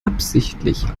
absichtlich